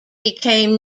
became